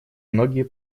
многие